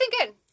good